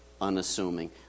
unassuming